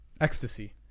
Ecstasy